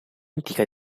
antica